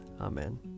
Amen